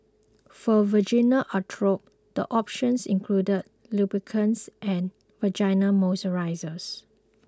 for vaginal atrophy the options include lubricants and vaginal moisturisers